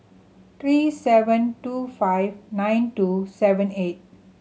three seven two five nine two seven eight